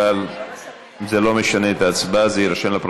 אם כן, ההחלטה בדבר הפיצול התקבלה.